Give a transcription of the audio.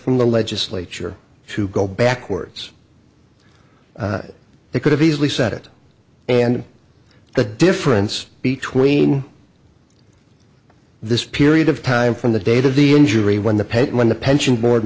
from the legislature to go backwards they could have easily set it and the difference between this period of time from the date of the injury when the pay when the pension board